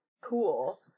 cool